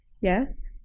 yes